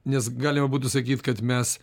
nes galima būtų sakyt kad mes